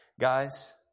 Guys